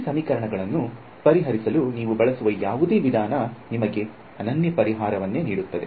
ಈ ಸಮೀಕರಣಗಳನ್ನು ಪರಿಹರಿಸಲು ನೀವು ಬಳಸುವ ಯಾವುದೇ ವಿಧಾನ ನಿಮಗೆ ಅನನ್ಯ ಪರಿಹಾರವನ್ನು ನೀಡುತ್ತದೆ